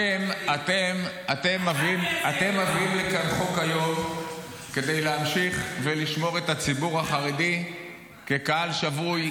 אתם מביאים את החוק היום כדי להמשיך ולשמור את הציבור החרדי כקהל שבוי